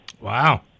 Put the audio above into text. Wow